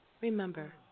Remember